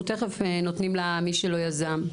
אנחנו תיכף נותנים למי שלא יזם,